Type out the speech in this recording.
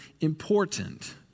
important